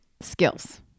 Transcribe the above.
skills